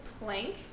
plank